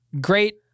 great